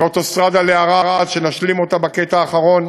והאוטוסטרדה לערד, שנשלים אותה בקטע האחרון,